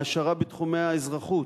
העשרה בתחומי האזרחות,